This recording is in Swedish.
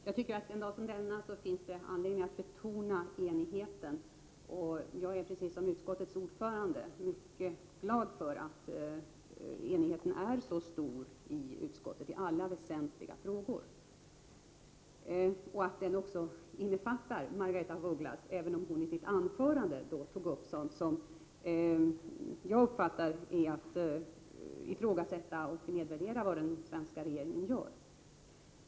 Fru talman! Jag tycker att en dag som denna finns det anledning att betona enigheten, och jag är precis som utskottets ordförande mycket glad för att enigheten inom utskottet är så stor i alla väsentliga frågor. Enigheten innefattar också Margaretha af Ugglas synpunkter, även om hon i sitt anförande tog upp sådant som enligt min mening innebär en nedvärdering och ett ifrågasättande av vad den svenska regeringen gör.